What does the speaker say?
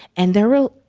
and there were,